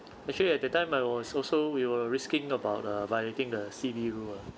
actually at that time I was also we were risking about uh violating the C_B_ rule ah